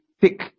thick